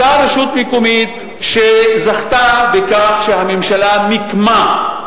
אותה רשות מקומית שזכתה בכך שהממשלה מיקמה,